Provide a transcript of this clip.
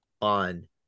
on